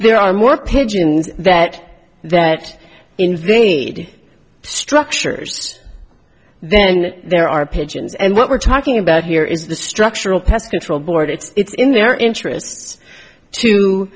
there are more pigeons that that invade structures then there are pigeons and what we're talking about here is the structural pest control board it's in their interests to